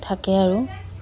থাকে আৰু